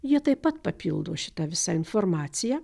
jie taip pat papildo šitą visą informaciją